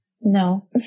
No